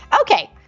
Okay